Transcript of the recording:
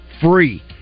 free